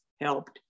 helped